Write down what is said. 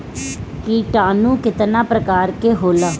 किटानु केतना प्रकार के होला?